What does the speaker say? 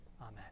Amen